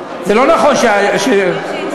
זה לא נכון, שהצביעו.